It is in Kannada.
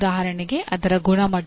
ಉದಾಹರಣೆಗೆ ಅದರ ಗುಣಮಟ್ಟ